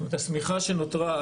השמיכה שנותרה,